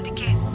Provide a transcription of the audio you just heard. game